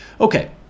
Okay